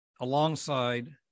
alongside